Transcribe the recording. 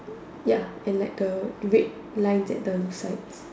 ya and like the a red lines at the sides